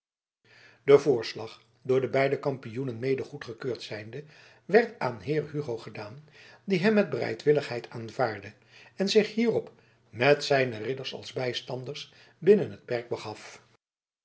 de voorslag door de beide kampioenen mede goedgekeurd zijnde werd aan heer hugo gedaan die hem met bereidwilligheid aanvaardde en zich hierop met twee zijner ridders als bijstanders binnen het perk begaf